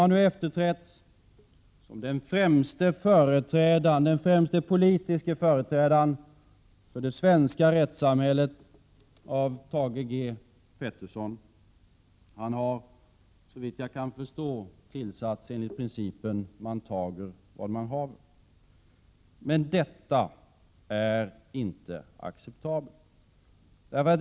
Anna-Greta Leijon har nu efterträtts som den främsta politiska företrädaren för det svenska rättsväsendet av Thage G Peterson. Han har, såvitt jag förstår, tillsatts enligt principen man tager vad man haver. Men detta är inte acceptabelt.